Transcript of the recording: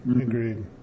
Agreed